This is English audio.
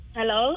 Hello